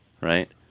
right